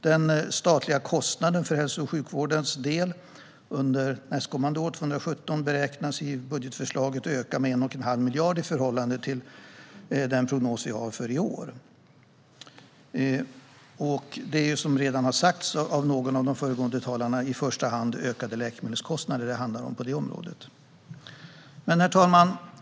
Den statliga kostnaden för hälso och sjukvårdens del beräknas i budgetförslaget för 2017 öka med 1,5 miljarder, i förhållande till den prognos som vi har för i år. Som redan har sagts av någon av de föregående talarna handlar det i första hand om ökade läkemedelskostnader på detta område. Herr talman!